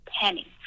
penny